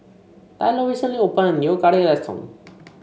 Tylor recently opened a new curry restaurant